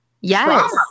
Yes